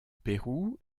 pérou